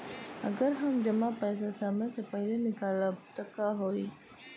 अगर हम जमा पैसा समय से पहिले निकालब त का होई?